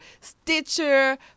Stitcher